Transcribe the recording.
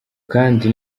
kandi